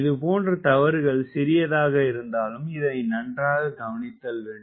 இது போன்ற தவறுகள் சிறியதாக இருந்தாலும் இதனை நன்றாக கவனித்தல் வேண்டும்